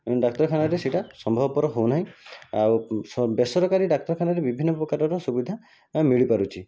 ଡାକ୍ତରଖାନାରେ ସେ'ଟା ସମ୍ଭବପର ହେଉନାହିଁ ଆଉ ବେସରକାରୀ ଡାକ୍ତରଖାନାରେ ବିଭିନ୍ନ ପ୍ରକାରର ସୁବିଧା ମିଳି ପାରୁଛି